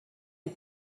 est